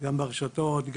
גם ברשתות,